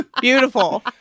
Beautiful